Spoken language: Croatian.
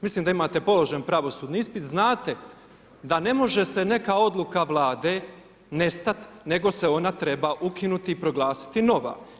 Mislim da imate položen pravosudni ispit znate da ne može se neka odluka Vlade nestati, nego se ona treba ukinuti i proglasiti nova.